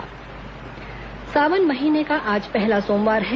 सावन सोमवार सावन महीने का आज पहला सोमवार है